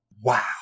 wow